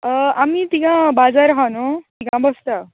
आमी थिंगा बाजार आहा नू थिंगा बोसता